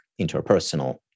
interpersonal